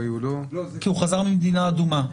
הרי הוא לא --- כי הוא חזר ממדינה אדומה.